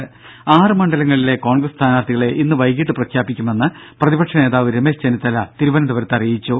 ദേദ ആറ് മണ്ഡലങ്ങളിലെ കോൺഗ്രസ് സ്ഥാനാർത്ഥികളെ ഇന്ന് വൈകീട്ട് പ്രഖ്യാപിക്കുമെന്ന് പ്രതിപക്ഷ നേതാവ് രമേശ് ചെന്നിത്തല അറിയിച്ചു